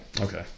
Okay